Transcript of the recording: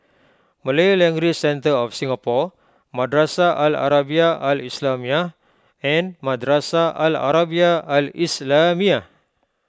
Malay Language Centre of Singapore Madrasah Al Arabiah Al Islamiah and Madrasah Al Arabiah Al Islamiah